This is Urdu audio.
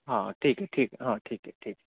ہاں ٹھیک ہے ٹھیک ہے ہاں ٹھیک ہے ٹھیک ہے